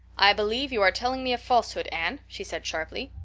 i believe you are telling me a falsehood, anne, she said sharply.